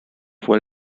fue